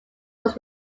was